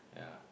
yeah